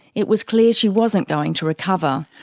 it was clear she wasn't going to recover.